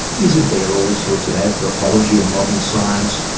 isn't there all sorts of anthropology and modern science,